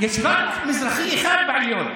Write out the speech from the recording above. יש רק מזרחי אחד בעליון.